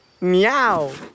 meow